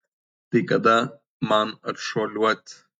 tai kada man atšuoliuot